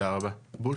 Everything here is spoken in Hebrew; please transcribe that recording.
מירב,